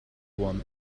one